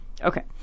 Okay